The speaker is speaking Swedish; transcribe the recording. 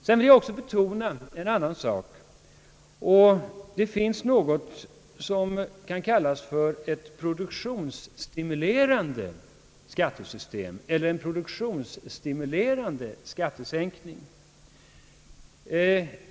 Jag är också angelägen att betona att det finns någonting som kan kallas för ett produktionsstimulerande =: skattesystem eller en produktionsstimuleran de skattesänkning.